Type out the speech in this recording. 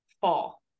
fall